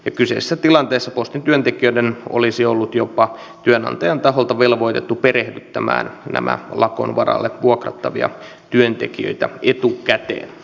kyseisessä tilanteessa postin työntekijät olisivat olleet jopa työnantajan taholta velvoitettuja perehdyttämään nämä lakon varalle vuokrattavat työntekijät etukäteen